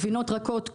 גבינות רכות,